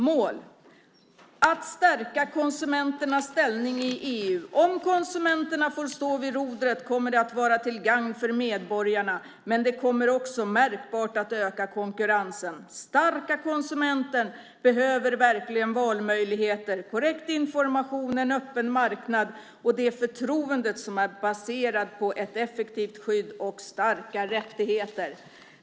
Mål: Att stärka konsumenternas ställning i EU. Om konsumenterna får stå vid rodret kommer det att vara till gagn för medborgarna, men det kommer också märkbart att öka konkurrensen. Starka konsumenter behöver verkligen valmöjligheter, rätt information, öppen marknad och det förtroende som är baserat på ett effektivt skydd och starka rättigheter.